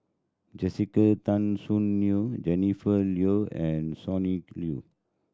Jessica Tan Soon Neo Jennifer Yeo and Sonny Liew